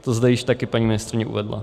To zde již také paní ministryně uvedla.